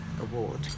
Award